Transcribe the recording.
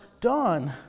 done